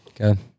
Okay